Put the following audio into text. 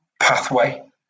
pathway